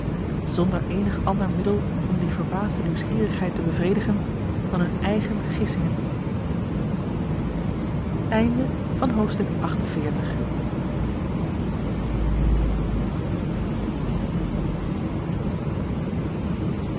zonder eenig ander middel om die verbaasde nieuwsgierigheid te bevredigen dan hun eigen gissingen